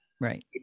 Right